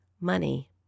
money